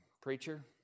Preacher